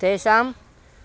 तेषाम्